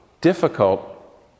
difficult